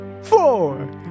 Four